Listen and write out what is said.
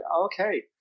okay